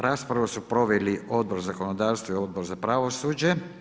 Raspravu su proveli Odbor za zakonodavstvo i Odbor za pravosuđe.